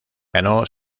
ganó